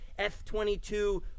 F-22